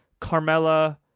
Carmella